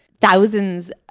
thousands